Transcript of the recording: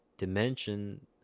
dimension